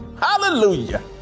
Hallelujah